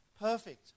perfect